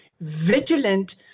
vigilant